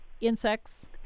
insects